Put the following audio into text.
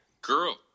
Girl